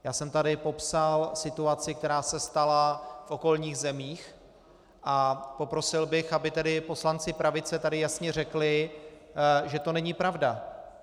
Já jsem tu popsal situaci, která se stala v okolních zemích, a poprosil bych, aby poslanci pravice tady jasně řekli, že to není pravda.